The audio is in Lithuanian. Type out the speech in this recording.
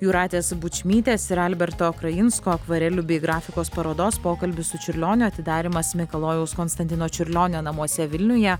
jūratės bučmytės ir alberto krajinsko akvarelių bei grafikos parodos pokalbis su čiurlioniu atidarymas mikalojaus konstantino čiurlionio namuose vilniuje